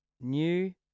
New